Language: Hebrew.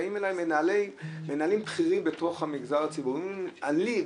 באים אליי מנהלים בכירים בתוך המגזר הציבורי ואומרים לי: לי,